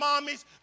mommies